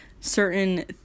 certain